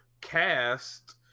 Cast